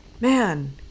man